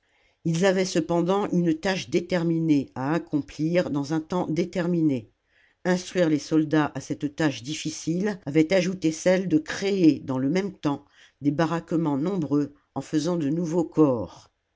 ils avaient cependant une tâche déterminée à accomplir dans un temps déterminé instruire les soldats à cette tâche difficile avait ajouté celle de créer dans le même temps des baraquements nombreux en faisant de nouveaux corps